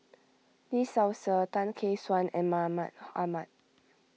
Lee Seow Ser Tan Gek Suan and Mahmud Ahmad